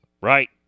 right